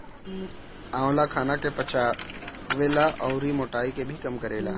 आंवला खाना के पचावे ला अउरी मोटाइ के भी कम करेला